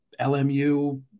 LMU